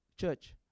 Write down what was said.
Church